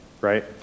right